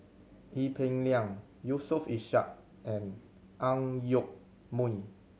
Ee Peng Liang Yusof Ishak and Ang Yoke Mooi